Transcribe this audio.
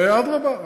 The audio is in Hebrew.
ואדרבא,